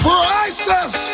Prices